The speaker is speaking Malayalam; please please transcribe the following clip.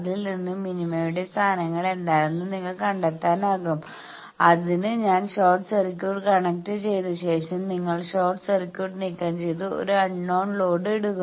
അതിൽ നിന്ന് മിനിമയുടെ സ്ഥാനങ്ങൾ എന്താണെന്ന് നിങ്ങൾക്ക് കണ്ടെത്താനാകും അതിന് ഞാൻ ഷോർട്ട് സർക്യൂട്ട് കണക്റ്റുചെയ്തശേഷം നിങ്ങൾ ഷോർട്ട് സർക്യൂട്ട് നീക്കംചെയ്ത് ഒരു അൺനോൺ ലോഡ് ഇടുക